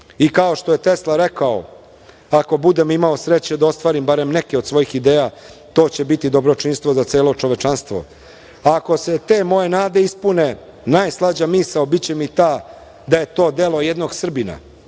i kao što je Tesla rekao – ako budem imao sreće da ostvarim barem neke od svojih ideja, to će biti dobročinstvo za celo čovečanstvo, a ako se te moje nade ispune, najslađa misao biće mi ta da je to delo jednog Srbina.